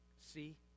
see